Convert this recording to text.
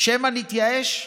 שמא נתייאש?